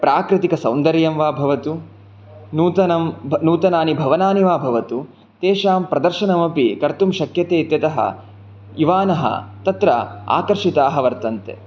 प्राकृतिकसौन्दर्यं वा भवतु नूतनं नूतनानि भवनानि वा भवतु तेषां प्रदर्शनमपि कर्तुं शक्यते इत्यतः युवानः तत्र आकर्षिताः वर्तन्ते